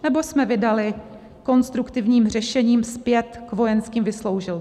Nebo jsme se vydali konstruktivním řešením zpět k vojenským vysloužilcům?